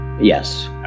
Yes